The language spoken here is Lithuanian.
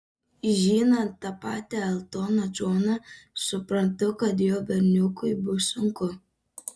žinant tą patį eltoną džoną suprantu kad jo berniukui bus sunku